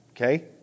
Okay